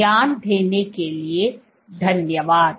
ध्यान देने के लिए धन्यवाद